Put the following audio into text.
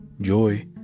joy